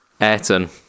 Ayrton